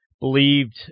believed